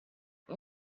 you